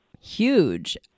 huge